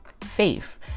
Faith